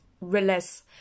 release